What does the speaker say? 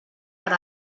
per